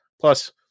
Plus